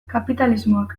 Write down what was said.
kapitalismoak